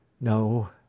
No